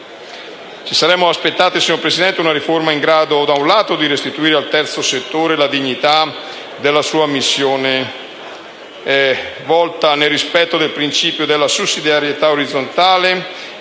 Ci saremmo aspettati, signor Presidente, una riforma in grado, da un lato, di restituire al terzo settore la dignità della sua missione, volta, nel rispetto del principio della sussidiarietà orizzontale,